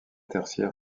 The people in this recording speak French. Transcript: tertiaire